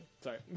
Sorry